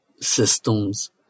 systems